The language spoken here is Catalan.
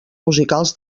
musicals